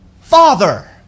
Father